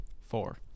Four